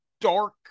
dark